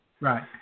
Right